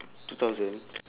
two thousand